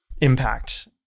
impact